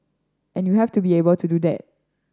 and you have to be able to do that